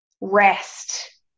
rest